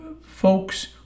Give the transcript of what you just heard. folks